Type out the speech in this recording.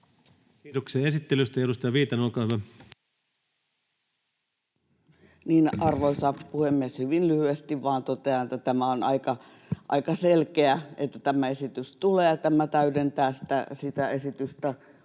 Kiitoksia esittelystä. — Edustaja Viitanen, olkaa hyvä. Arvoisa puhemies! Hyvin lyhyesti vain totean, että on aika selkeää, että tämä esitys tulee. Tämä täydentää sitä esitystä